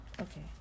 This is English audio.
okay